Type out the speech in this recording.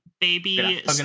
baby